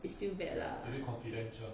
it's still bad lah